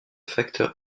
facteur